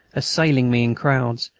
assailing me in crowds,